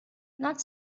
not